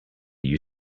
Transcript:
you